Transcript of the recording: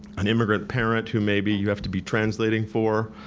an immigrant parent who maybe you have to be translating for,